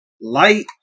Light